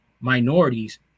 minorities